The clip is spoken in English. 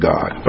God